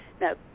No